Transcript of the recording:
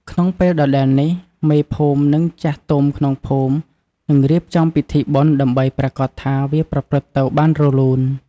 ក្នុងពេលដដែលនេះ មេភូមិនិងចាស់ទុំក្នុងភូមិ នឹងរៀបចំពិធីបុណ្យដើម្បីប្រាកដថាវាប្រព្រឹត្តទៅបានរលូន។